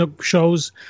shows